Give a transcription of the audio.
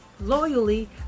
loyally